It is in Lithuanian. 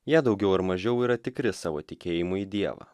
jie daugiau ar mažiau yra tikri savo tikėjimu į dievą